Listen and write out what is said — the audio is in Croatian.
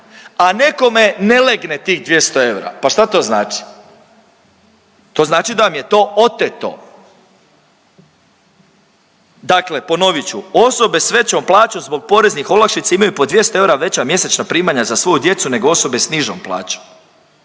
a nekome ne legne tih 200 eura, pa šta to znači? To znači da vam je to oteto. Dakle ponovit ću, osobe s većom plaćom zbog poreznih olakšica imaju po 200 eura veća mjesečna primanja za svoju djecu nego osobe s nižom plaćom.